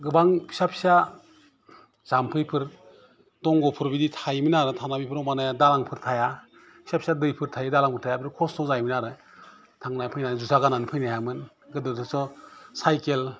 गोबां फिसा फिसा जामफैफोर दंगफोर बिदि थायोमोन आरो बेफोरो मानि दालांफोर थाया फिसा फिसा दैफोर थायो दालांफोर थाया बेफोर खस्थ जायोमोन आरो थांना फैना जुथा गानानै फैनो हायामोन गोदोथ साइकेल